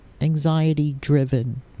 anxiety-driven